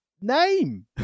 name